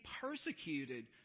persecuted